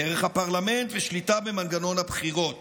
דרך הפרלמנט ושליטה במנגנון הבחירות